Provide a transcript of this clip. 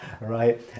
right